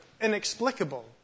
inexplicable